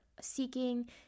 seeking